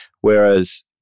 whereas